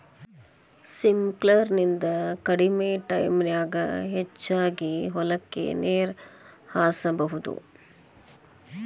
sprinkler ನಿಂದ ಕಡಮಿ ಟೈಮನ್ಯಾಗ ಹೆಚಗಿ ಹೊಲಕ್ಕ ನೇರ ಹಾಸಬಹುದು